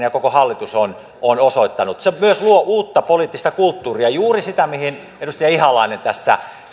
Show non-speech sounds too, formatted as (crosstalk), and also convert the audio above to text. (unintelligible) ja koko hallitus on on osoittanut se myös luo uutta poliittista kulttuuria juuri sitä mihin edustaja ihalainen tässä